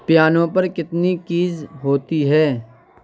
piano پر کتنی keys ہوتی ہے